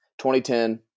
2010